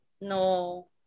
No